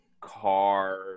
car